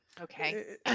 okay